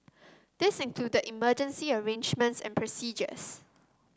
this included emergency arrangements and procedures